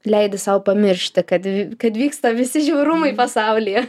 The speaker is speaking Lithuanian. leidi sau pamiršti kad kad vyksta visi žiaurumai pasaulyje